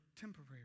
temporary